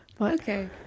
Okay